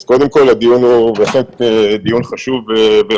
אז קודם כול, הדיון הוא בהחלט דיון חשוב וראוי.